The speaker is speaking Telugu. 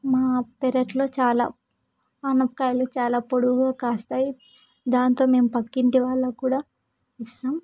మా పెరటిలో చాలా అనపకాయలు చాలా పొడవుగా కాస్తాయి దాంతో మేము పక్కింటి వాళ్ళుకి కూడా ఇస్తాం